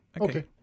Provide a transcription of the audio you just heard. Okay